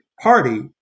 Party